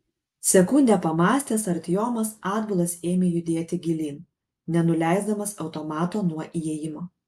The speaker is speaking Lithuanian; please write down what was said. sekundę pamąstęs artiomas atbulas ėmė judėti gilyn nenuleisdamas automato nuo įėjimo